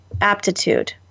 aptitude